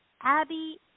Abby